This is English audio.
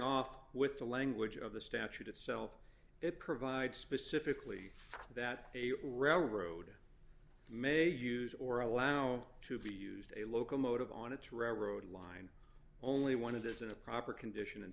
off with the language of the statute itself it provides specifically that a railroad may use or allow to be used a locomotive on its railroad line only one of those in a proper condition and